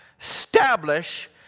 establish